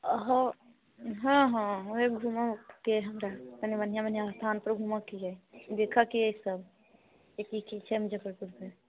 हँ हँ हे घूमऽ के अइ हमरा कनि बढ़िआँ स्थान पर घूमके अइ देखऽक अछि सब जेकि की छै मुझफ्फरपुरमे